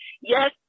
yes